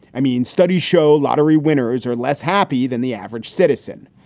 i mean, studies show lottery winners are less happy than the average citizen.